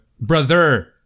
Brother